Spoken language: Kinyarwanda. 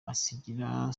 asigira